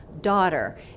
daughter